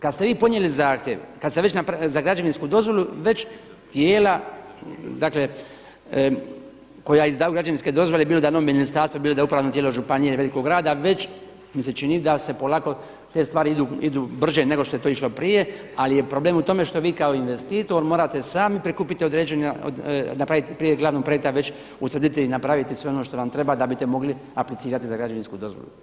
Kad ste vi podnijeli zahtjev za građevinsku dozvolu već tijela dakle koja izdaju građevinske dozvole bilo da je ministarstvo, bilo da je upravno tijelo županije i velikog grada već mi se čini da se polako te stvari idu brže nego što je to išlo prije ali je problem što vi kao investitor morate sami prikupiti određene, napraviti prije glavnog projekta utvrditi i napraviti sve ono što vam treba da biste mogli aplicirati za građevinsku dozvolu.